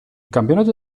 campionato